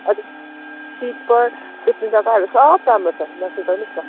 हजुर स्लिपर सुत्ने जग्गाहरू सब छ नसुर्ताउनुस् न